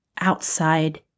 outside